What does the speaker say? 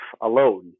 alone